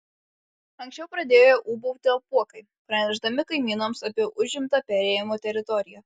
anksčiau pradėjo ūbauti apuokai pranešdami kaimynams apie užimtą perėjimo teritoriją